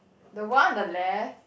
the one on the left